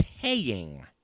Paying